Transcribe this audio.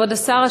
כבוד השר,